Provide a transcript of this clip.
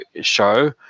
show